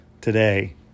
today